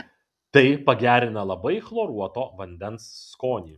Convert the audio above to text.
tai pagerina labai chloruoto vandens skonį